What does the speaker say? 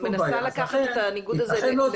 אבל אני מנסה לקחת את הניגוד הזה למקום מעשי.